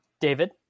David